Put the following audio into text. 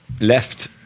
Left